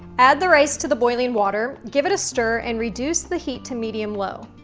add the rice to the boiling water, give it a stir, and reduce the heat to medium-low.